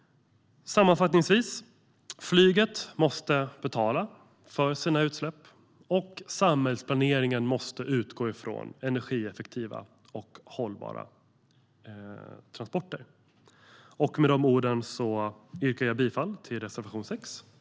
Sammanfattningsvis: Flyget måste betala för sina utsläpp, och samhällsplaneringen måste utgå från energieffektiva och hållbara transporter. Med de orden yrkar jag bifall till reservation 6 och tackar för ordet.